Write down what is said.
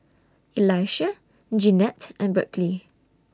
Elisha Jeannette and Berkley